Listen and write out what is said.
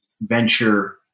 venture